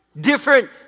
different